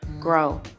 grow